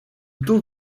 taux